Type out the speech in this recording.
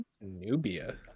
Nubia